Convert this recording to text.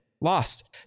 Lost